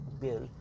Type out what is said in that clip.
bill